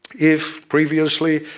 if, previously,